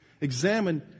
Examine